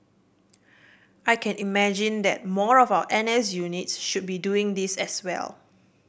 I can imagine that more of our N S units should be doing this as well